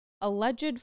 alleged